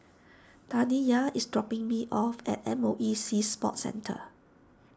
Taniyah is dropping me off at M O E Sea Sports Centre